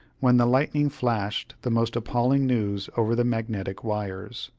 when the lightning flashed the most appalling news over the magnetic wires.